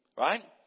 right